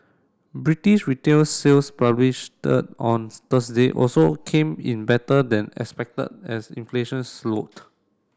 British retail sales published on Thursday also came in better than expected as inflation slowed